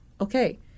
Okay